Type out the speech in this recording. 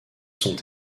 sont